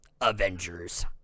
Avengers